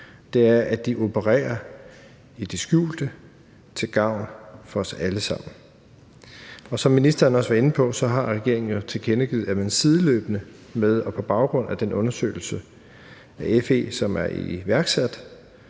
at de opererer i det skjulte til gavn for os alle sammen. Og som ministeren også var inde på, har regeringen jo tilkendegivet, at man sideløbende med og på baggrund af den undersøgelse af FE, som er i gang